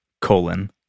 colon